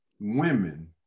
women